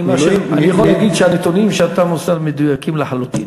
אני יכול להגיד שהנתונים שאתה מוסר מדויקים לחלוטין.